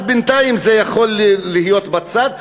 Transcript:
אז בינתיים זה יכול להיות בצד.